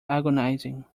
agonizing